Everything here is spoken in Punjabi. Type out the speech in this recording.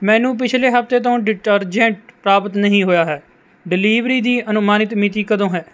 ਮੈਨੂੰ ਪਿਛਲੇ ਹਫ਼ਤੇ ਤੋਂ ਡਿਟਰਜੈਂਟ ਪ੍ਰਾਪਤ ਨਹੀਂ ਹੋਇਆ ਹੈ ਡਿਲੀਵਰੀ ਦੀ ਅਨੁਮਾਨਿਤ ਮਿਤੀ ਕਦੋਂ ਹੈ